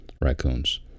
raccoons